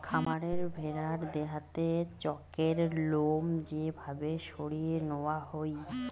খামারে ভেড়ার দেহাতে চকের লোম যে ভাবে সরিয়ে নেওয়া হই